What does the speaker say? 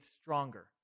stronger